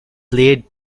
played